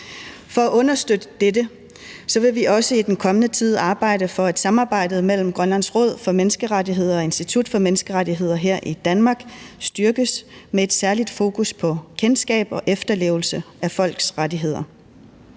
For at understøtte dette vil vi også i den kommende tid arbejde for, at samarbejdet mellem Grønlands Råd for Menneskerettigheder og Institut for Menneskerettigheder her i Danmark styrkes med et særligt fokus på kendskab og efterlevelse af folks rettigheder.